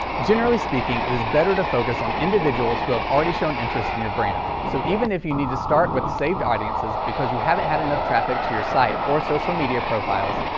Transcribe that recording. generally speaking, it is better to focus on individuals who have already shown interest in your brand. so, even if you need to start with saved audiences because you haven't had enough traffic to your site or social media profiles,